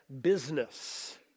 business